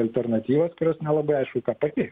alternatyvos kurios nelabai aišku ką pakeis